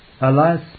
Alas